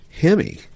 Hemi